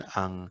ang